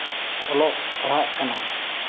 ᱚᱞᱚᱜ ᱯᱟᱲᱦᱟᱜ ᱠᱟᱱᱟ